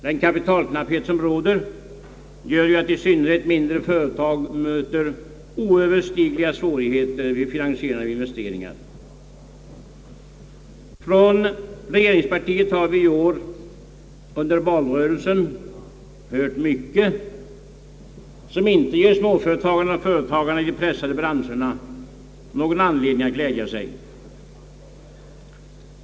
Den kapitalknapphet som nu råder gör ju att i synnerhet mindre företag möter oöverstigliga svårigheter vid finansieringen av investeringar. Från regeringspartiet har vi i år under valrörelsen hört mycket, som inte ger småföretagarna och företagarna i de pressade branscherna någon anledning att glädja sig.